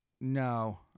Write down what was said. No